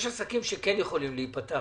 יש עסקים שכן יכולים להיפתח,